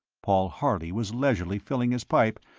paul harley was leisurely filling his pipe,